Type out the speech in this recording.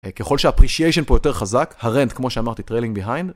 ככל שאפרישיישן פה יותר חזק, הרנט, כמו שאמרתי, טריילינג ביהיינד.